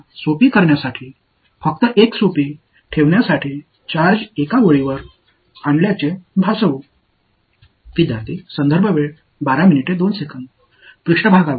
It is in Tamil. எனவே எங்கள் கணக்கீட்டை எளிமையாக்க சார்ஜ் ஒரு வரியில் இருப்பதாக பாசாங்கு செய்வோம் அதை எளிமையாக வைத்திருக்கலாம்